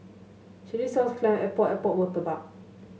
chilli sauce clam Epok Epok murtabak